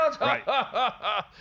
Right